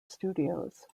studios